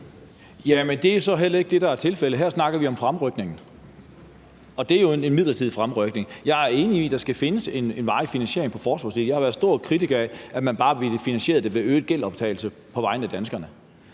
Jamen det er så heller ikke det, der er tilfældet, for her snakker vi om fremrykning, og det er jo en midlertidig fremrykning. Jeg er enig i, at der skal findes en varig finansiering på forsvarsdelen. Jeg har været stor kritiker af, at man bare ville finansiere det ved øget gældsoptagelse på vegne af danskerne.